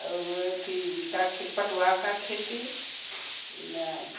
आ अथि पटुआ का खेती